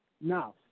Now